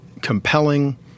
compelling